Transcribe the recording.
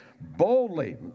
Boldly